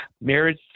Marriage